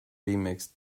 remixed